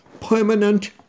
permanent